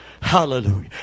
Hallelujah